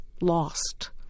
lost